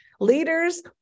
leaders